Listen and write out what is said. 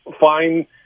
fine